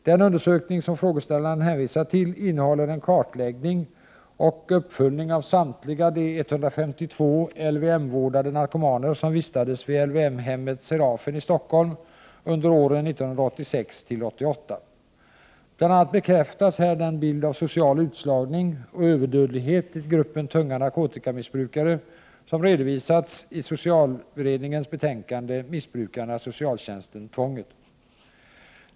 Den undersökning som frågeställaren hänvisar till innehåller en kartläggning och uppföljning av samtliga de 152 LVM-vårdade narkomaner som vistades vid LYM-hemmet Serafen i Stockholm under åren 1986-1988. Bl.a. bekräftas här den bild av social utslagning och överdödlighet i gruppen tunga narkotikamissbrukare som redovisats i socialberedningens betänkande Missbrukarna, Socialtjänsten, Tvånget .